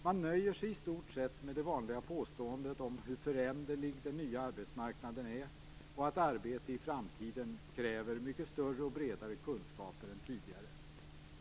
I stort sett nöjer man sig med det vanliga påståendet om hur föränderlig den nya arbetsmarknaden är och att arbete i framtiden kräver mycket större och bredare kunskaper än tidigare.